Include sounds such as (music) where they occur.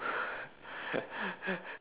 (laughs)